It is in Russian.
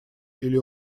или